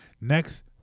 Next